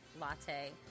Latte